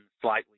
slightly